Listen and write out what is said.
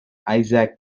isaac